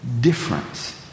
difference